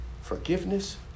forgiveness